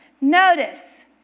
Notice